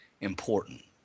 important